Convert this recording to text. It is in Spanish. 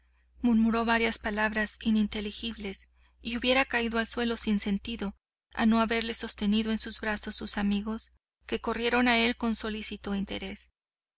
murmuró varias palabras ininteligibles y hubiera caído al suelo sin sentido a no haberle sostenido en sus brazos sus amigos que corrieron a él con solícito interés